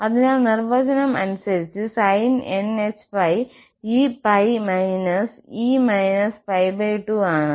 അതിനാൽ നിർവചനം അനുസരിച്ച് sinhπ eπ -e π2 ആണ്